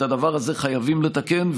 את הדבר הזה חייבים לתקן.